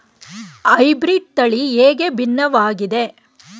Hybrid ತಳಿ ಹೇಗೆ ಭಿನ್ನವಾಗಿದೆ?